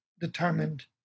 determined